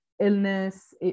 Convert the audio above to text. illness